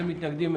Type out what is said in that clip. אין מתנגדים.